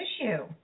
issue